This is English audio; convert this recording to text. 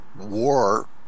war